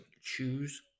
Choose